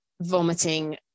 vomiting